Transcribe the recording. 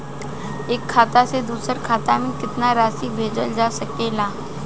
एक खाता से दूसर खाता में केतना राशि भेजल जा सके ला?